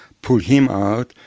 pull him out,